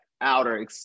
outer